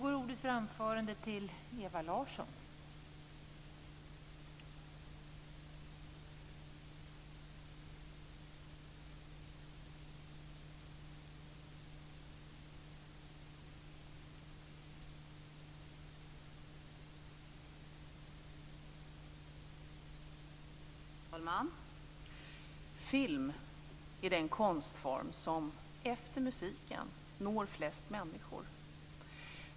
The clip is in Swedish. Fru talman! Film är den konstform som efter musiken når flest människor.